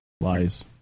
Lies